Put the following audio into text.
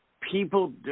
people